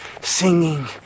singing